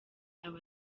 aba